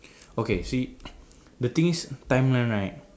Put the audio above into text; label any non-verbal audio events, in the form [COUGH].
[BREATH] okay see the thing is timeline right